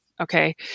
Okay